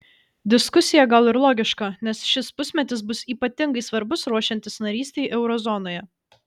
diskusija gal ir logiška nes šis pusmetis bus ypatingai svarbus ruošiantis narystei euro zonoje